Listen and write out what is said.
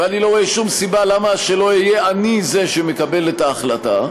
ואני לא רואה שום סיבה למה שלא אהיה אני זה שמקבל את ההחלטה,